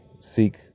seek